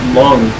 long